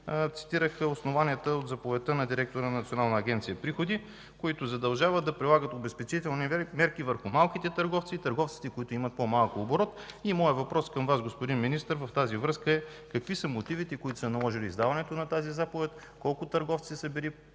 цитирах основанията от заповедта на директора на Национална агенция „Приходи”, които задължават да прилагат обезпечителни мерки върху малките търговци и търговците, които имат по-малко оборот. Моят въпрос към Вас, господин Министър, във връзка с това е: какви са мотивите, които са наложили издаването на тази заповед? Колко търговци са били